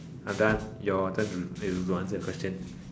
I'm done your turn to to answer the question